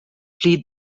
pli